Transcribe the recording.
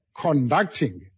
conducting